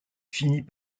finit